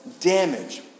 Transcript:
damage